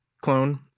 clone